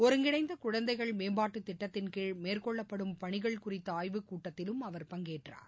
ஒருங்கிணைந்தகுழந்தைகள் மேம்பாட்டுதிட்டத்தின்கீழ் மேற்கொள்ளப்படும் பணிகள் குறித்தஆய்வுக்கூட்டத்திலும் அவர் பங்கேற்றார்